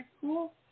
cool